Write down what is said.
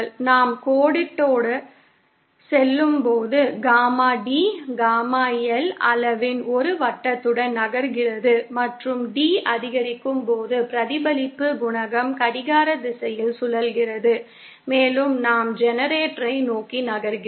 நாம் கோட்டோடு செல்லும்போது காமா D காமா L அளவின் ஒரு வட்டத்துடன் நகர்கிறது மற்றும் D அதிகரிக்கும் போது பிரதிபலிப்பு குணகம் கடிகார திசையில் சுழல்கிறது மேலும் நாம் ஜெனரேட்டரை நோக்கி நகர்கிறோம்